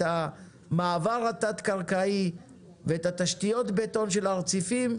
המעבר התת קרקעי ואת תשתיות הבטון של הרציפים,